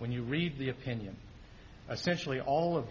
when you read the opinion especially all of